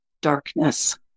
darkness